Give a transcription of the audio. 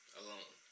alone